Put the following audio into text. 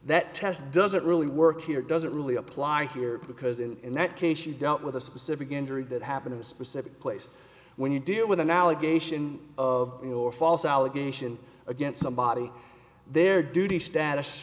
that test doesn't really work here doesn't really apply here because in that case you dealt with a specific injury that happened in a specific place when you deal with an allegation of your false allegation against somebody their duty status